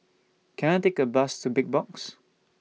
Can I Take A Bus to Big Box